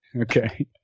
Okay